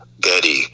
Getty